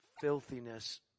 filthiness